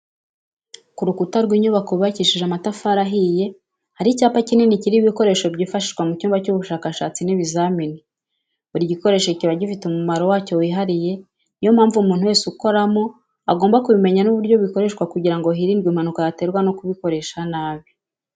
Ku rukuta w'inyubako yubakishije amatafari ahiye hari icyapa kikini kiriho ibikoresho byifashishwa mu cyumba cy'ubushakashatsi n'ibizamini, buri gikoresho kiba gifite umumaro wacyo wihariye ni yo mpamvu umuntu wese ukoramo agomba kubimenya n'uburyo bikoreshwa kugira ngo hirindwe impanuka yaterwa no kubikoresha nabi.